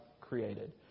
created